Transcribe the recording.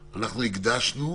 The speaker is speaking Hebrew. נשאיר,